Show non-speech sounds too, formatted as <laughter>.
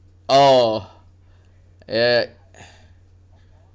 oh ya <breath>